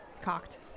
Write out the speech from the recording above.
Cocked